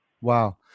Wow